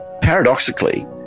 Paradoxically